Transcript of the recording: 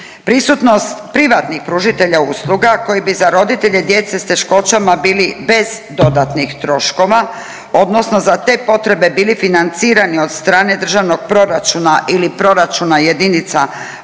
prisutnost privatnih pružatelja usluga koji bi za roditelje djece s teškoćama bili bez dodatnih troškova, odnosno za te potrebe bili financirani od strane državnog proračuna ili proračuna jedinice lokalne